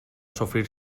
sofrir